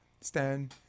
Stan